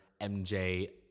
MJ